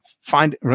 find